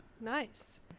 nice